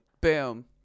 Boom